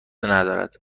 ندارد